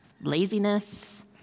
laziness